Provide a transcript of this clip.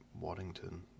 Waddington